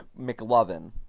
McLovin